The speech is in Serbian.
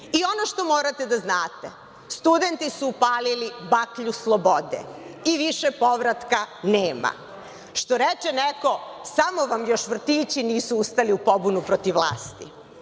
što morate da znate, studenti su upalili baklju slobode i više povratka nema. Što reče neko, samo vam još vrtići nisu ustali u pobunu protiv vlasti. Vi